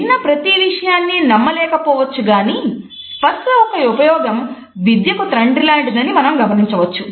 విన్న ప్రతీ విషయాన్ని నమ్మ లేకపోవచ్చుగాని స్పర్స యొక్క ఉపయోగం విద్యకు తండ్రి లాంటిదని మనం గమనించవచ్చు